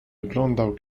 oglądał